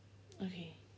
okay